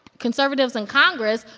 conservatives in congress,